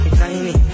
tiny